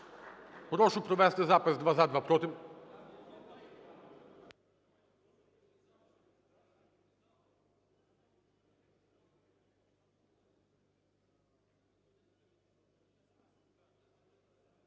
Прошу провести запис: два – за, два – проти.